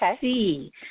see